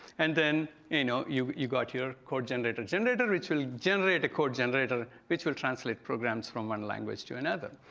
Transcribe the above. and then you know you've you've got your code generator generator, which will generate a code generator, which will translate programs from one language to another.